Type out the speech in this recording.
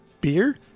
beer